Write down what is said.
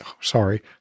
sorry